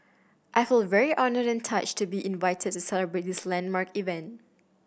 I feel very honoured and touched to be invited to celebrate this landmark event